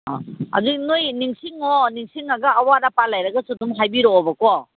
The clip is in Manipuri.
ꯑꯥ ꯑꯗꯨꯗꯤ ꯅꯈꯣꯏ ꯅꯤꯡꯁꯤꯡꯉꯣ ꯅꯤꯡꯁꯤꯡꯉꯒ ꯑꯋꯥꯠ ꯑꯄꯥ ꯂꯩꯔꯒꯁꯨ ꯑꯗꯨꯝ ꯍꯥꯏꯕꯤꯔꯛꯑꯣꯕꯀꯣ